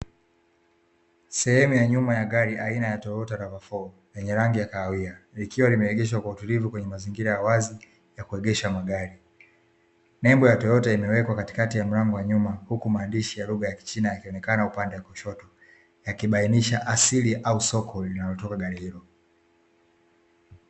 Sehemu ya nyuma ya gari aina ya "TOYOTA RAV4" yenye rangi ya kahawia, ikiwa imeegeshwa kwa utulivu kwenye mazingira ya wazi ya kuegesha magari. Nembo ya "TOYOTA" imewekwa katikati ya mlango wa nyuma, huku maandishi ya lugha ya kichina imeonekana upande wa kushoto yakibainisha asili au soko linalotoka gari.